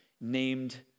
named